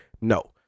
No